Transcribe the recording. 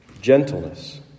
gentleness